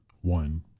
one